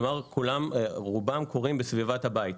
כלומר, כולם או רובם קורים בסביבת הבית.